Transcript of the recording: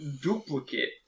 Duplicate